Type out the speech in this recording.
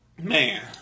Man